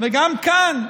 וגם כאן,